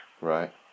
Right